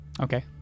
Okay